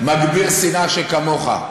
מגביר שנאה שכמוך.